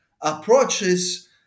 approaches